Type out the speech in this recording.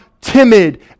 timid